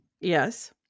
Yes